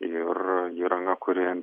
ir įranga kuri